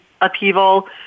upheaval